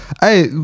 Hey